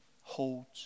holds